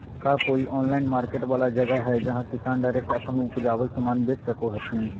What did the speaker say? का कोई online market वाला जगह हइ जहां किसान डायरेक्ट अप्पन उपजावल समान बेच सको हथीन?